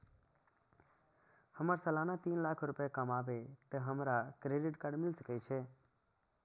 हमर सालाना तीन लाख रुपए कमाबे ते हमरा क्रेडिट कार्ड मिल सके छे?